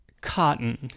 Cotton